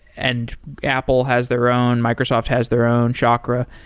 and apple has their own, microsoft has their own, chakra.